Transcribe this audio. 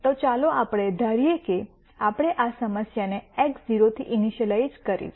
તો ચાલો આપણે ધારીએ કે આપણે આ સમસ્યાને x0 થી ઇનિશલાઇજ઼ કરી છે